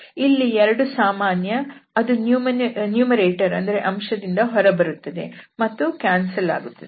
ಇಲ್ಲಿ 2 ಸಾಮಾನ್ಯ ಅದು ಅಂಶ ದಿಂದ ಹೊರಬರುತ್ತದೆ ಮತ್ತು ಕ್ಯಾನ್ಸಲ್ ಆಗುತ್ತದೆ